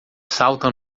saltam